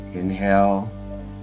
Inhale